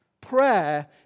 Prayer